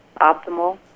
optimal